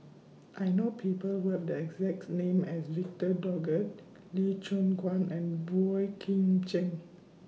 I know People Who Have The exact name as Victor Doggett Lee Choon Guan and Boey Kim Cheng